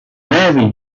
navy